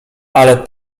ale